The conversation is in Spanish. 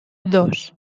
dos